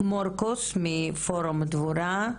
מורקס מפורום 'דבורה',